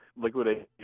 liquidate